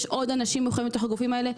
יש עוד אנשים מחויבים בתוך הגופים הללו.